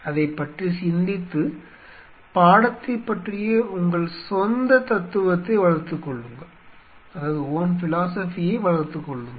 அதைப் பற்றி சிந்தித்து பாடத்தைப் பற்றிய உங்கள் சொந்த தத்துவத்தை வளர்த்துக் கொள்ளுங்கள்